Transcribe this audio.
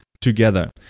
together